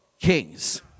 Kings